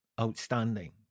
outstanding